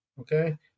Okay